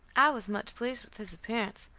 i was much pleased with his appearance,